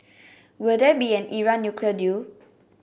will there be an Iran nuclear deal